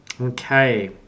Okay